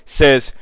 says